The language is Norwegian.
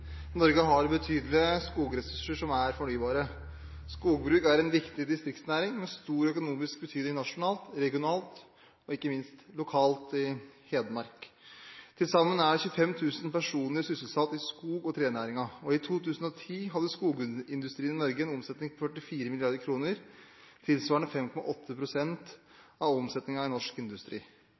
Norge har betydelige skogressurser som er fornybare. Skogbruk er en viktig distriktsnæring med stor økonomisk betydning nasjonalt, regionalt og ikke minst lokalt i Hedmark. Til sammen er 25 000 personer sysselsatt i skog- og trenæringen, og i 2010 hadde skogindustrien i Norge en omsetning på 44 mrd. kr, tilsvarende 5,8 pst. av omsetningen i norsk industri.